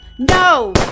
No